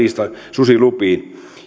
susilupiin